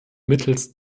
mittels